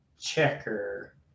checker